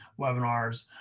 webinars